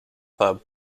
club